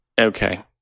okay